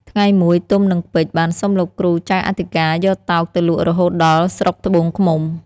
ថ្ងៃមួយ ទុំ និងពេជ្រ បានសុំលោកគ្រូចៅអធិការយកតោកទៅលក់រហូតដល់ស្រុកត្បួងឃ្មុំ។